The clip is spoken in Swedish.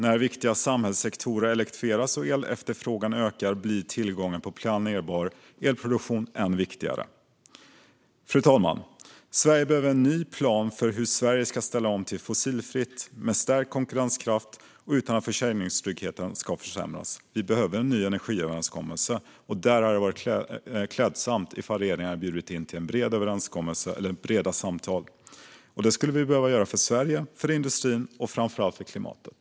När viktiga samhällssektorer elektrifieras och efterfrågan på el ökar blir tillgången på planerbar elproduktion än viktigare. Fru talman! Sverige behöver en ny plan för att ställa om till fossilfritt med stärkt konkurrenskraft och utan att försörjningstryggheten försämras. Vi behöver en ny energiöverenskommelse, och det hade varit klädsamt om regeringen bjudit in till breda samtal om en sådan. Det skulle vi behöva göra för Sverige, för industrin och framför allt för klimatet.